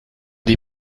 die